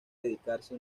dedicarse